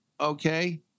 Okay